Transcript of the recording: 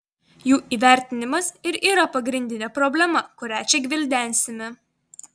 jų įvertinimas ir yra pagrindinė problema kurią čia gvildensime